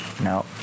no